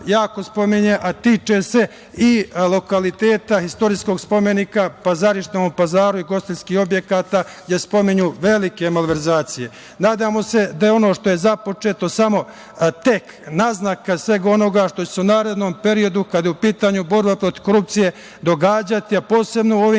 jako spominje, a tiče se i lokaliteta istorijskog spomenika Pazarište u Novom Pazaru i ugostiteljskih objekata gde se pominju velike malverzacije. Nadamo se da je ono što je započeto samo tek naznaka svega onoga što će se u narednom periodu, kada je u pitanju borba protiv korupcije, događati, a posebno u ovim